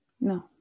No